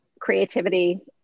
creativity